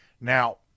Now